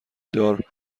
دار